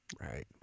Right